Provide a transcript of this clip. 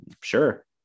sure